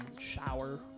shower